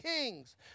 Kings